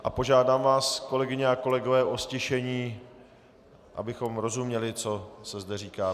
A požádám vás, kolegyně a kolegové o ztišení, abychom rozuměli, co se zde říká.